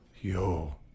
Yo